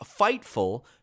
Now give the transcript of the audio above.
Fightful